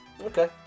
Okay